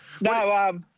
No